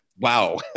Wow